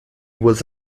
was